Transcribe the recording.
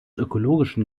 ökologischen